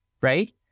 right